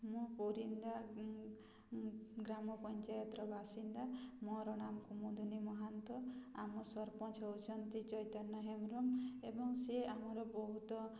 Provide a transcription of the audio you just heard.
ମୁଁ ପୁରୀନ୍ଦା ଗ୍ରାମ ପଞ୍ଚାୟତର ବାସିନ୍ଦା ମୋର ନାମ କୁମୁଦୁନି ମହାନ୍ତ ଆମ ସରପଞ୍ଚ ହଉଛନ୍ତି ଚୈତନ ହେମରମ୍ ଏବଂ ସିଏ ଆମର ବହୁତ